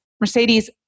Mercedes